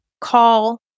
call